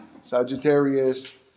Sagittarius